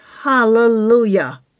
hallelujah